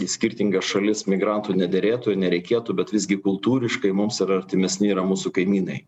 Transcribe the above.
į skirtingas šalis migrantų nederėtų nereikėtų bet visgi kultūriškai mums yra artimesni yra mūsų kaimynai